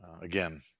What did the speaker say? Again